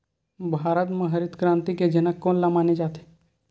भारत मा हरित क्रांति के जनक कोन ला माने जाथे?